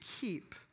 keep